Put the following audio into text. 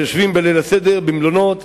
היושבים בליל הסדר במלונות,